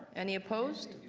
any opposed?